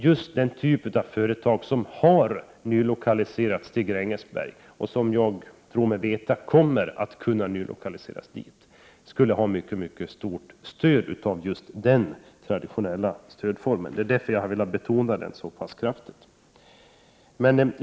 Just den typ av företag som har nylokaliserats till Grängesberg och som, det tror jag mig veta, kommer att kunna nylokaliseras dit skulle ha mycket god hjälp av just transportstödet. Det är anledningen till att jag har betonat vikten av den stödformen så pass kraftigt som jag har gjort.